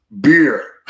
beer